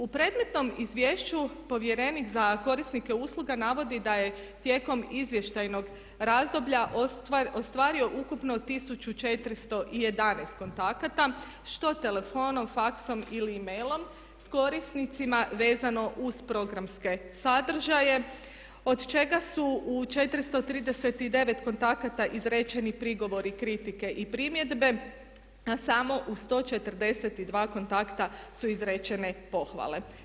U predmetnom izvješću Povjerenik za korisnika usluga navodi da je tijekom izvještajnog razdoblja ostvario ukupno 1411 kontakata što telefonom, faxom ili emailom s korisnicima vezano uz programske sadržaje od čega su u 439 kontakata izrečeni prigovori, kritike i primjedbe a samo u 142 kontakta su izrečene pohvale.